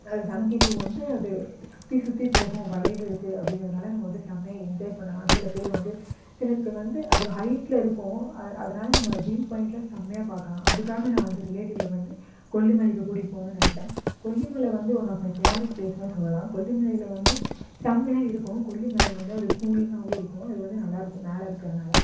அது seventy two வந்து அது சுற்றி சுற்றி போகும் வளைவு இருக்கு அப்படிங்கிறதுனால நம்ம வந்து செம்மையாக என்ஜாய் பண்ணலாம் சில பேர் வந்து சிலருக்கு வந்து அது ஹைட்டில் இருக்கும் அ அதனால நம்ம வியூவ் பாயிண்ட்லாம் செம்மையாக பார்க்கலாம் அதற்காக நான் வந்து ரிலேட்டிவ்வை வந்து கொல்லிமலைக்கு கூட்டிகிட்டு போகணுன்னு நினைப்பேன் கொல்லிமலை வந்து ஒன் ஆஃப் மை ஃபேவரட் ப்ளேஸ்னே சொல்லலாம் கொல்லிமலையில் வந்து செம்மையாக இருக்கும் கொல்லிமலை வந்து அது கூலிங்காகவும் இருக்கும் அது வந்து நல்லாருக்கும் மேலே இருக்கிறனால